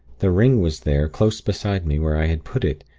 the ring was there, close beside me, where i had put it.